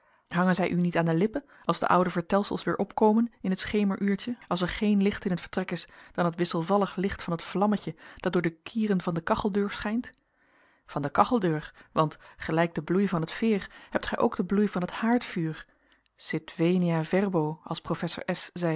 hangen zij u niet aan de lippen als de oude vertelsels weer opkomen in het schemeruurtje als er geen licht in t vertrek is dan het wisselvallig licht van het vlammetje dat door de kieren van de kacheldeur schijnt van de kacheldeur want gelijk den bloei van het veer hebt gij ook den bloei van het haardvuur